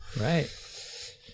Right